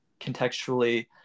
contextually